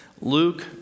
Luke